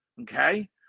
okay